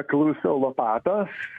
klausiau lopatos